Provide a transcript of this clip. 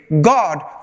God